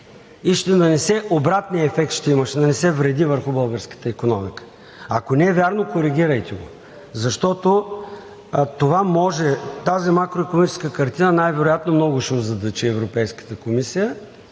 И ще има обратния ефект – ще нанесе вреди върху българската икономика. Ако не е вярно, коригирайте го, защото тази макроикономическа картина най-вероятно много ще озадачи Европейската комисия.